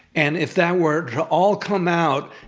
and if that were to all come out,